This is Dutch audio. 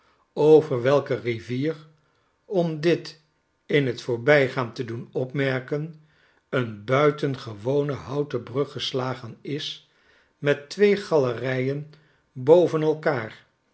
over welke rivier om dit in t voorbijgaan te doen opmerken een buitengewone houten brug geslagen is met twee galerijen boven elk'aar